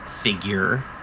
figure